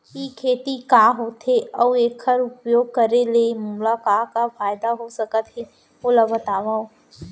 ई खेती का होथे, अऊ एखर उपयोग करे ले मोला का का फायदा हो सकत हे ओला बतावव?